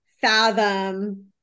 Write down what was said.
fathom